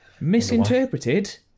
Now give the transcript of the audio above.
Misinterpreted